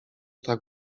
tak